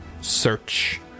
search